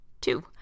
two